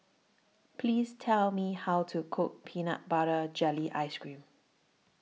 Please Tell Me How to Cook Peanut Butter Jelly Ice Cream